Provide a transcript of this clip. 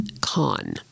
con